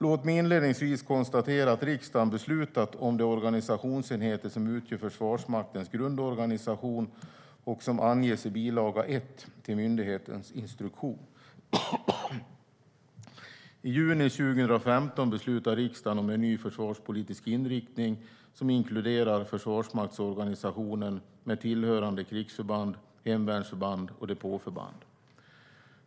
Låt mig inledningsvis konstatera att riksdagen har beslutat om de organisationsenheter som utgör Försvarsmaktens grundorganisation och som anges i bilaga 1 till myndighetens instruktion. I juni 2015 beslutade riksdagen om en ny försvarspolitisk inriktning som inkluderar försvarsmaktsorganisationen med tillhörande krigsförband, hemvärnsförband och depåförband.